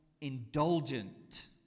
indulgent